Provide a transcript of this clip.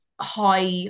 high